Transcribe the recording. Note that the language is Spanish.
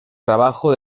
trabajo